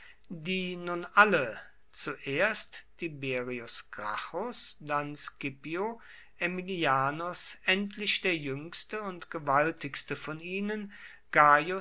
die nun alle zuerst tiberius gracchus dann scipio aemilianus endlich der jüngste und gewaltigste von ihnen